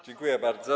Dziękuję bardzo.